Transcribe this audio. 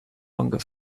longer